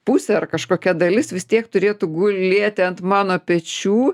pusė ar kažkokia dalis vis tiek turėtų gulėti ant mano pečių